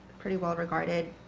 pretty well regarded.